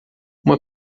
uma